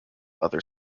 other